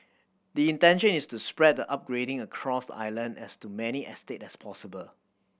the intention is to spread the upgrading across the island as to many estates as possible